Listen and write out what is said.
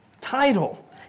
title